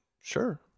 sure